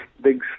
big